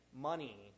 money